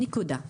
נקודה.